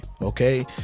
okay